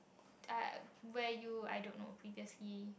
I where you I don't know previously